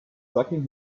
sucking